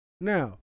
Now